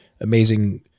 amazing